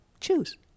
choose